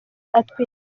atwite